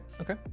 okay